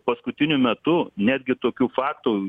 paskutiniu metu netgi tokių faktų